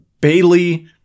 Bailey